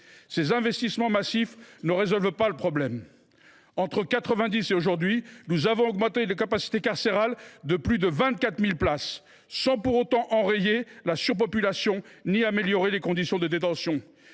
ces investissements massifs ne résolvent pas le problème. Entre 1990 et aujourd’hui, nous avons augmenté nos capacités carcérales de plus de 24 000 places, sans pour autant enrayer la surpopulation ou améliorer les conditions de détention.